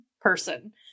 person